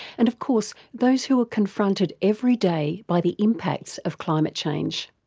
and of course those who are confronted everyday by the impacts of climate change.